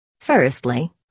Firstly